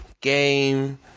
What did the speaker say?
Game